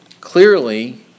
Clearly